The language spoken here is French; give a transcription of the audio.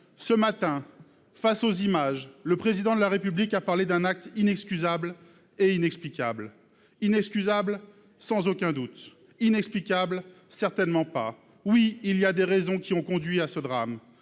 Ce matin, face aux images, le Président de la République a parlé d'un acte inexcusable et inexplicable. Inexcusable ? Sans aucun doute. Inexplicable ? Certainement pas. Oui, il y a des raisons qui ont conduit à ce drame.